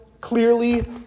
clearly